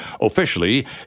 officially